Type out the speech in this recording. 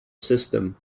system